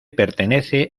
pertenece